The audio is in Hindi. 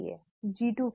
G 2 phase